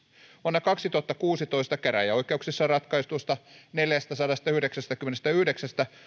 vuonna kaksituhattakuusitoista käräjäoikeuksissa ratkaistuista neljästäsadastayhdeksästäkymmenestäyhdeksästä